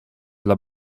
dla